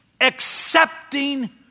accepting